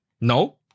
No